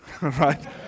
right